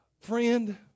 friend